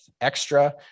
extra